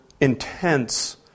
intense